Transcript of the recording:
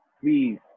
please